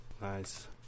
nice